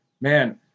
Man